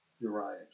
Uriah